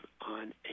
on